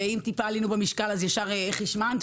ואם טיפה עלינו במשקל אז ישר: "איך השמנת,